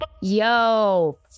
Yo